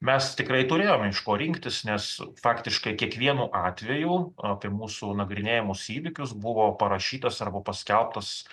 mes tikrai turėjome iš ko rinktis nes faktiškai kiekvienu atveju apie mūsų nagrinėjamus įvykius buvo parašytas arba paskelbtas